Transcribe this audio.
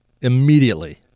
immediately